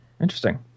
Interesting